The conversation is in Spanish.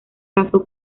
casó